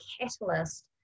catalyst